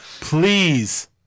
please